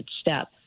step